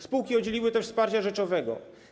Spółki udzieliły też wsparcia rzeczowego.